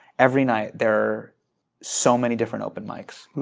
every night there are so many different open mics.